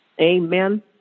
Amen